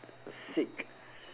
sick